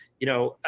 you know,